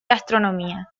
astronomía